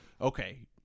okay